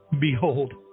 Behold